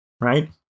right